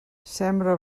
sembra